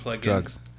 drugs